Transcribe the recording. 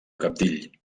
cabdill